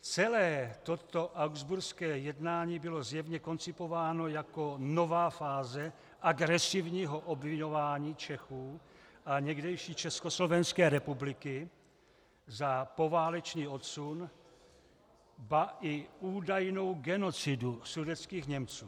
Celé toto habsburské jednání bylo zjevně koncipováno jako nová fáze agresivního obviňování Čechů a někdejší Československé republiky za poválečný odsun, ba i údajnou genocidu sudetských Němců.